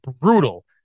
brutal